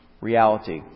reality